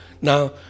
Now